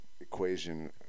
equation